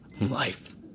life